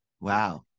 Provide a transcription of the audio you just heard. wow